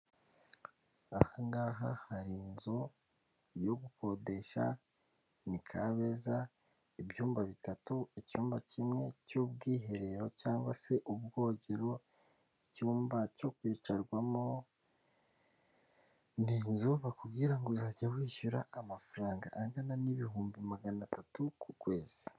Ahangaha hari inzu yo gukodesha, ni Kabeza ibyumba bitatu, icyumba kimwe cy'ubwiherero cyangwa se ubwogero, icyumba cyo kwicarwamo, ni inzu bakubwira ngo uzajya wishyura amafaranga angana n'ibihumbi magana atatu ku kwezi.